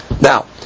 Now